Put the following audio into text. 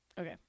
okay